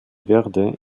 verde